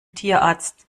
tierarzt